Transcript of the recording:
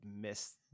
miss